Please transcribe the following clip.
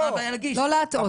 לא להטעות.